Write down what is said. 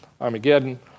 Armageddon